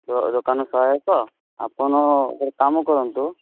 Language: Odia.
ତ ଦୋକାନର ସହାୟକ ଆପଣ ଗୋଟେ କାମ କରନ୍ତୁ